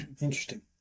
interesting